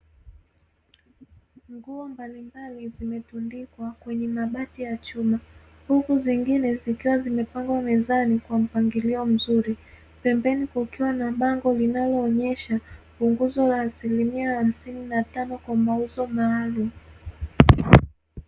Nguo mbalimbali zimetundikwa kwenye mabati ya chuma, huku zingine zikiwa zimepangwa mezani kwa mpangilio mzuri. Pembeni kukiwa na bango linaloonyesha, punguzo la asilimia hamsini na tano kwa mauzo maalumu.